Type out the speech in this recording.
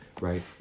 right